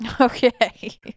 Okay